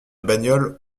bagnole